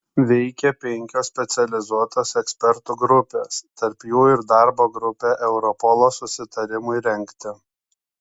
veikė penkios specializuotos ekspertų grupės tarp jų ir darbo grupė europolo susitarimui rengti